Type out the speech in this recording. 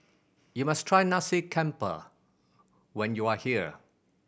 you must try Nasi Campur when you are here